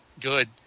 good